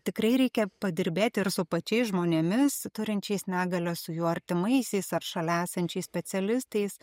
tikrai reikia padirbėt ir su pačiais žmonėmis turinčiais negalią su jų artimaisiais ar šalia esančiais specialistais